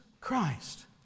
Christ